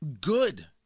good